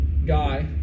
Guy